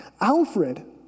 Alfred